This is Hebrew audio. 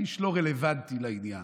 האיש לא רלוונטי לעניין.